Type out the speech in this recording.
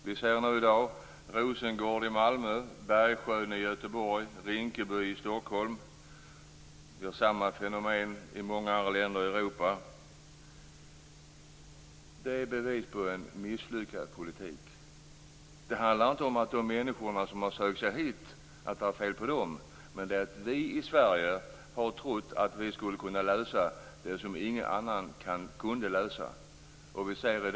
Vi ser Rosengård i Malmö, Bergsjö i Göteborg, Rinkeby i Stockholm och samma fenomen i många andra länder i Europa. Det är bevis på en misslyckad politik. Det handlar inte om att det är fel på de människor som sökt sig hit. Men vi i Sverige har trott att vi skulle kunna lösa det som ingen annan kunde lösa.